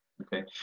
Okay